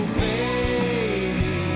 baby